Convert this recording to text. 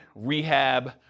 rehab